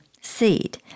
seed